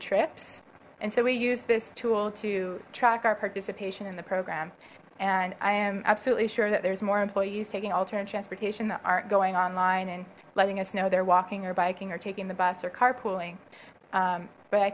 trips and so we use this tool to track our participation in the program and i am absolutely sure that there's more employees taking alternate transportation that aren't going online and letting us know they're walking or biking or taking the bus or carpooling but i